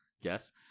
Yes